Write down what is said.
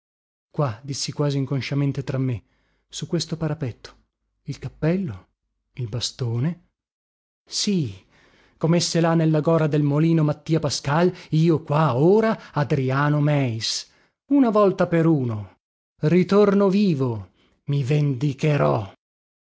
qua dissi quasi inconsciamente tra me su questo parapetto il cappello il bastone sì comesse là nella gora del molino mattia pascal io qua ora adriano meis una volta per uno ritorno vivo mi vendicherò